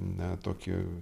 na tokį